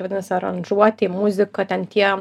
vadinasi aranžuotė muzika ten tie